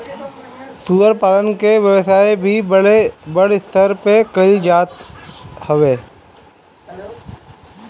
सूअर पालन के व्यवसाय भी बड़ स्तर पे कईल जात हवे